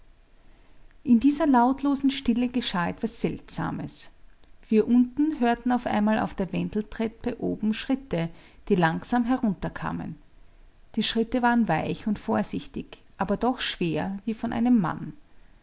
in dieser lautlosen stille geschah etwas seltsames wir unten hörten auf einmal auf der wendeltreppe ober schritte die langsam herunterkamen die schritte waren weich und vorsichtig aber doch schwer wie von einem mann